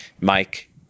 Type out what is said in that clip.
Mike